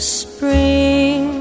spring